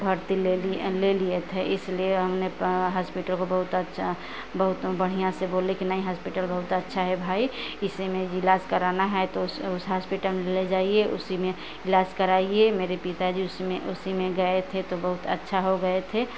भरती ले लिए ले लिए थे इसलिए हमने कहा हॉस्पिटल को बहुत अच्छा बहुत बढ़िया से बोले नहीं हॉस्पिटल बहुत अच्छा है भाई किसी ने इलाज़ करना है तो उस उस हॉस्पिटल में ले जाइए उसी में इलाज कराइये मेरे पिताजी उसी में उसी में गये थे तो बहुत अच्छा हो गये